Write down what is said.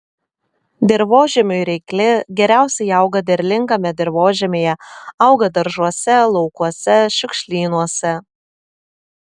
dirvožemiui reikli geriausiai auga derlingame dirvožemyje auga daržuose laukuose šiukšlynuose